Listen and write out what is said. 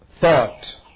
thought